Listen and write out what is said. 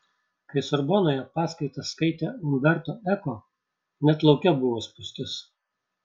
kai sorbonoje paskaitas skaitė umberto eko net lauke buvo spūstis